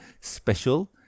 special